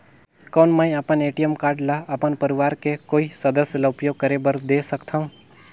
कौन मैं अपन ए.टी.एम कारड ल अपन परवार के कोई सदस्य ल उपयोग करे बर दे सकथव?